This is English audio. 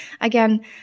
Again